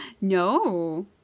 No